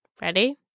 Ready